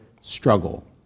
struggle